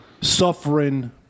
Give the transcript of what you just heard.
suffering